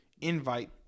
invite